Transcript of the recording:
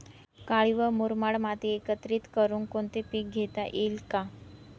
काळी व मुरमाड माती एकत्रित करुन कोणते पीक घेता येईल का?